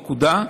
נקודה.